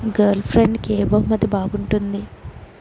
గర్ల్ఫ్రెండ్కి ఏ బహుమతి బాగుంటుంది